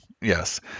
Yes